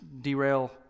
derail